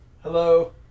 Hello